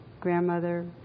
grandmother